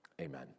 Amen